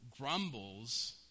grumbles